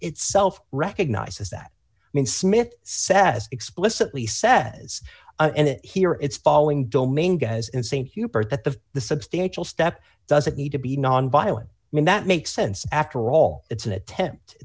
itself recognizes that means smith says explicitly says and here it's following domain guys in st hubert that the the substantial step doesn't need to be nonviolent mean that makes sense after all it's an attempt